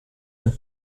ein